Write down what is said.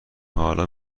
حالا